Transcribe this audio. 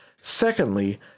Secondly